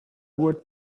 what